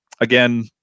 again